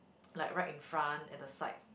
like right in front at the side